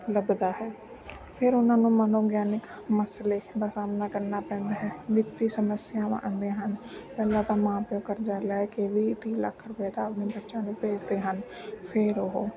ਲੱਭਦਾ ਹੈ ਫਿਰ ਉਹਨਾਂ ਨੂੰ ਮਨੋਵਿਗਿਆਨਿਕ ਮਸਲੇ ਦਾ ਸਾਹਮਣਾ ਕਰਨਾ ਪੈਂਦਾ ਹੈ ਵਿੱਤੀ ਸਮੱਸਿਆਵਾਂ ਆਉਂਦੀਆਂ ਹਨ ਪਹਿਲਾਂ ਤਾਂ ਮਾਂ ਪਿਓ ਕਰਜ਼ਾ ਲੈ ਕੇ ਵੀਹ ਤੀਹ ਲੱਖ ਰੁਪਏ ਦਾ ਆਪਣੇ ਬੱਚਿਆਂ ਨੂੰ ਭੇਜਦੇ ਹਨ ਫਿਰ ਉਹ